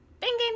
Bing